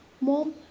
Mom